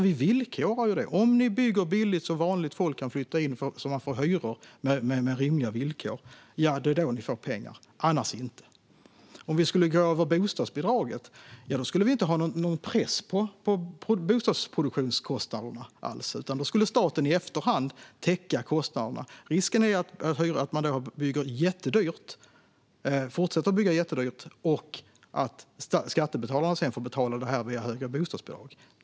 Vi villkorar det: Om ni bygger billigt så att vanligt folk kan flytta in, få hyror och rimliga villkor får ni pengar, annars inte. Om vi skulle gå via bostadsbidraget skulle vi inte alls ha någon press på bostadsproduktionskostnaderna. Då skulle staten i efterhand täcka kostnaderna. Risken är då att man fortsätter att bygga jättedyrt och att skattebetalarna sedan får betala det via höga bostadsbidrag.